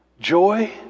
joy